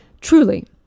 truly